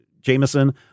Jameson